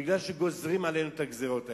בגלל שגוזרים עלינו את הגזירות האלה.